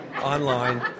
online